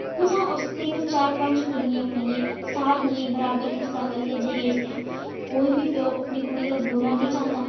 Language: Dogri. कुत्थूं उस तिन्न चार पंज कुड़ियें अपनियें गी सारियें गी हिस्सा करियै दाज देना कोई बी प्यो अपनी कुड़ी दा बुरा नेईं चांह्दा